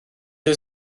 wyt